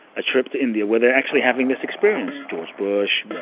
a trip to india where they're actually having this experience? george bush,